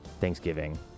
Thanksgiving